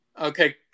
Okay